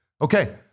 Okay